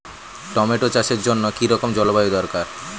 Tomato চাষের জন্য কি রকম জলবায়ু দরকার?